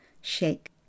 Shake